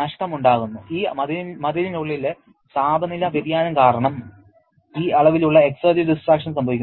നഷ്ടം ഉണ്ടാകുന്നു ഈ മതിലിനുള്ളിലെ താപനില വ്യതിയാനം കാരണം ഈ അളവിലുള്ള എക്സർജി ഡിസ്ട്രക്ഷൻ സംഭവിക്കുന്നു